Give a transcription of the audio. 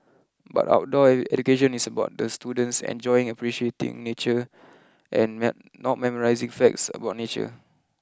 but outdoor education is about the students enjoying appreciating nature and not not memorising facts about nature